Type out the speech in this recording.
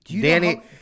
Danny